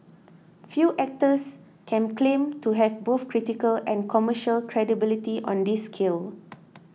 few actors can claim to have both critical and commercial credibility on this scale